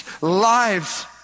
Lives